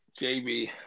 JB